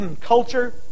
culture